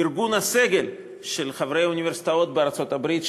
ארגון הסגל של חברי אוניברסיטאות בארצות-הברית,